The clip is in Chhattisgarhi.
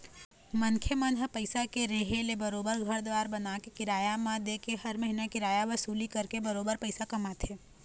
मनखे मन ह पइसा के रेहे ले बरोबर घर दुवार बनाके, किराया म देके हर महिना किराया वसूली करके बरोबर पइसा कमाथे